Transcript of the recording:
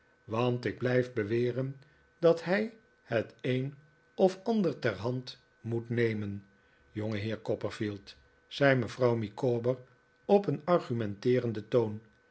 want ik blijf beweren dat hij het een of ander ter hand moet nemen jongeheer copperfield zei mevrouw micawber op een argumenteerenden toon